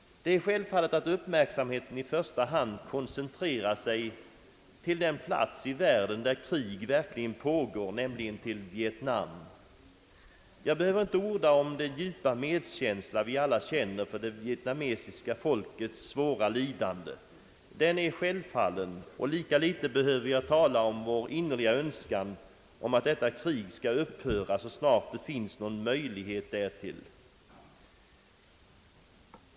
Det är självfallet att uppmärksamheten i första hand koncentrerar sig till den plats i världen där krig verkligen pågår, nämligen till Vietnam. Jag behöver inte orda om den djupa medkänsla vi alla känner för det vietnamesiska folkets svåra lidanden — den är självfallen. Lika litet behöver jag tala om vår innerliga önskan att detta krig skall upphöra så snart det finns någon möjlighet därtill.